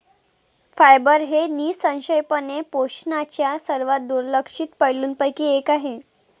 fibre हे निःसंशयपणे पोषणाच्या सर्वात दुर्लक्षित पैलूंपैकी एक आहे